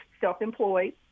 self-employed